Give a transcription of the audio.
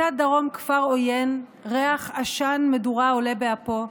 מצד דרום כפר עוין, ריח עשן ומדורה עולה באפו,